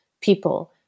people